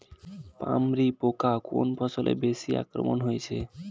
পামরি পোকা কোন ফসলে বেশি আক্রমণ হয়েছে?